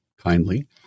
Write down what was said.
kindly